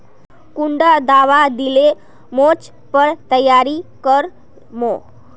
कुंडा दाबा दिले मोर्चे पर तैयारी कर मो?